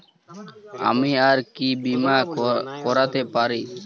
আমি আর কি বীমা করাতে পারি?